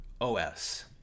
OS